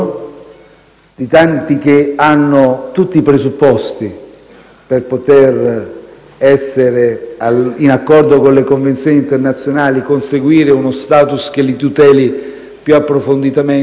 di tanti che hanno tutti i presupposti per potere, in accordo con le convenzioni internazionali, conseguire uno *status* che li tuteli più approfonditamente.